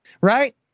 right